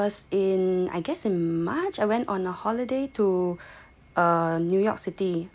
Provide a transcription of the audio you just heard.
!wah! the last place I went was in I guess in March I went on a holiday to err new york city